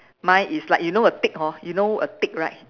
mine is like you know a tick hor you know a tick right